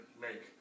make